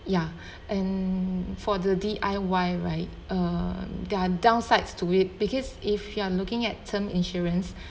ya and for the D_I_Y right uh there are downsides to it because if you are looking at term insurance